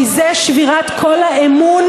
כי זו שבירת כל האמון